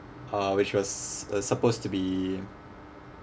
uh which was uh supposed to be